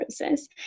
process